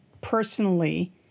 personally